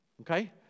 Okay